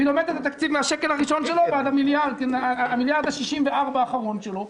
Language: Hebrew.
שלומדת מהשקל הראשון שלו עד המיליארד ה-64 האחרון שלו.